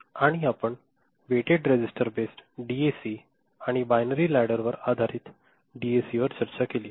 आणि आपण weighted register based DAC आणि बायनरी लॅडर आधारित डीएसीवर चर्चा केली